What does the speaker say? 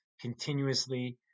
continuously